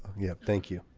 yep. thank you